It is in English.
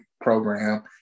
program